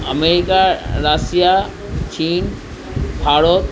America Russia চীন ভারত